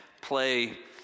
play